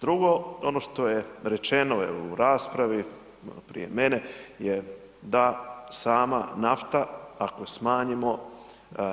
Drugo, ono što je, rečeno je u raspravi prije mene je, da sama nafta ako smanjimo,